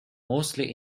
mostly